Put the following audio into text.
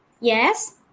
Yes